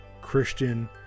Christian